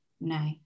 No